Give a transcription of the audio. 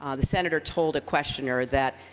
ah the senator told a questioner that